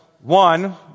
one